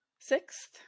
Sixth